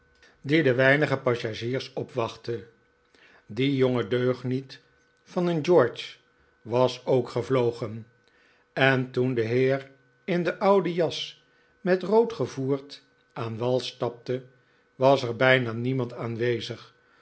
die de weinige passagiers opwachtte die jonge deugniet van een george was ook gevlogen en toen de heer in de oude jas met rood gevoerd aan wal stapte was er bijna niemand aanwezig